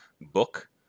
book